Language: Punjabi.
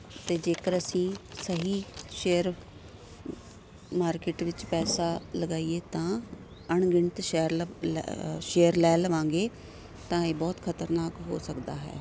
ਅਤੇ ਜੇਕਰ ਅਸੀਂ ਸਹੀ ਸ਼ੇਅਰ ਮਾਰਕੀਟ ਵਿੱਚ ਪੈਸਾ ਲਗਾਈਏ ਤਾਂ ਅਣਗਿਣਤ ਸ਼ਹਿਰ ਲ ਸ਼ੇਅਰ ਲੈ ਲਵਾਂਗੇ ਤਾਂ ਇਹ ਬਹੁਤ ਖ਼ਤਰਨਾਕ ਹੋ ਸਕਦਾ ਹੈ